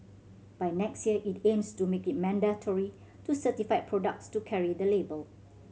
by next year it aims to make it mandatory to certified products to carry the label